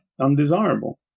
undesirable